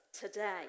today